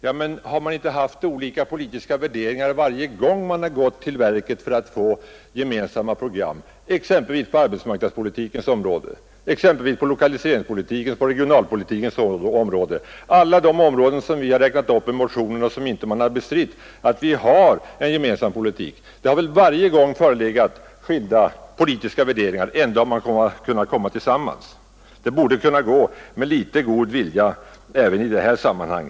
Ja, men har man inte varje gång man gått till verket för att få till stånd gemensamma program haft olika politiska värderingar, exempelvis på arbetsmarknadspolitikens, lokaliseringspolitikens och regionalpolitikens områden, dvs. de områden vi har räknat upp i motionen och beträffande vilka man inte har bestritt att vi har en gemensam politik? Det har väl varje gång förelegat skilda politiska värderingar, men man har ändå kunnat enas. Det borde med litet god vilja vara möjligt även i detta sammanhang.